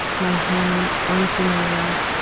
my hands onto my lap,